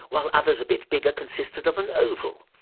while others, a bit bigger, consisted of an oval.